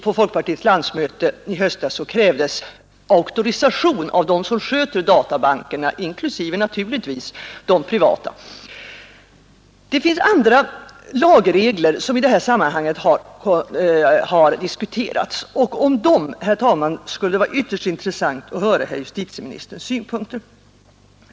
På folkpartiets landsmöte i höstas krävdes också auktorisation av dem som sköter databankerna — inklusive naturligtvis de privata. Det finns andra lagregler som i detta sammanhang har diskuterats, och det skulle, herr talman, vara ytterst intressant att få höra herr justitieministerns synpunkter på dem.